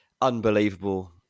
unbelievable